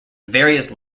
various